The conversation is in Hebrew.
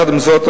עם זאת,